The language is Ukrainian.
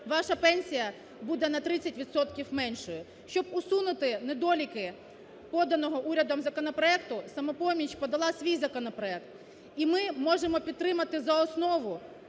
ваша пенсія буде на 30 відсотків меншою. Щоб усунути недоліки поданого урядом законопроекту, "Самопоміч" подала свій законопроект. І ми можемо підтримати за основу